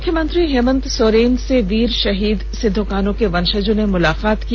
मुख्यमंत्री हेमन्त सोरेन से वीर शहीद सिदो कान्हो के वंशजों ने मुलाकात की